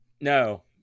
No